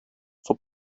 for